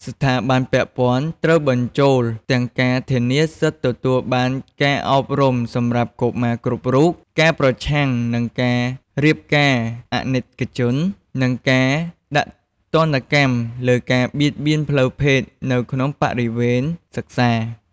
ស្ថាប័នពាក់ព័ន្ធត្រូវបញ្ចូលទាំងការធានាសិទ្ធិទទួលបានការអប់រំសម្រាប់កុមារគ្រប់រូប ការប្រឆាំងនឹងការរៀបការអនីតិជន និងការដាក់ទណ្ឌកម្មលើការបៀតបៀនផ្លូវភេទនៅក្នុងបរិយាវេនសិក្សា។